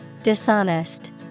Dishonest